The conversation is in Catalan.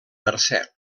mercè